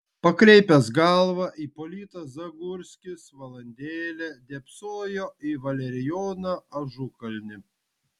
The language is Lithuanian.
pakreipęs galvą ipolitas zagurskis valandėlę dėbsojo į valerijoną ažukalnį